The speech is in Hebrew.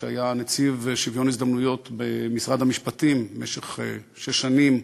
שהיה נציב שוויון הזדמנויות במשרד המשפטים במשך שש שנים.